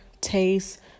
taste